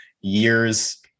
years